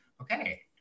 okay